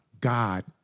God